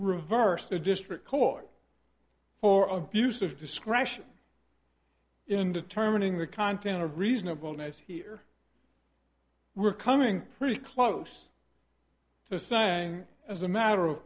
reverse the district court for abuse of discretion in determining the content of reasonableness here we're coming pretty close to saying as a matter of